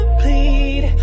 plead